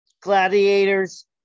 Gladiators